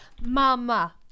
Mama